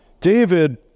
David